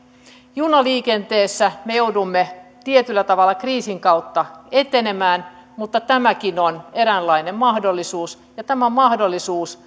junaliikenteessä me joudumme tietyllä tavalla kriisin kautta etenemään mutta tämäkin on eräänlainen mahdollisuus ja tämä on mahdollisuus